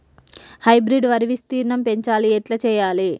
Hybrid వరి విస్తీర్ణం పెంచాలి ఎట్ల చెయ్యాలి?